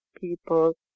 people